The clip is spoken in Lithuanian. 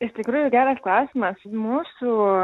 iš tikrųjų geras klausimas mūsų